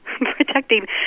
protecting